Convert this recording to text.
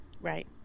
right